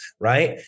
Right